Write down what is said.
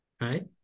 right